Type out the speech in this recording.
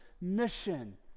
mission